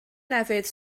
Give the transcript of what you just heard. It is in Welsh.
lefydd